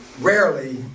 rarely